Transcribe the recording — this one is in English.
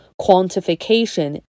Quantification